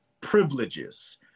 privileges